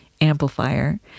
amplifier